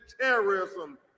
terrorism